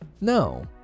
No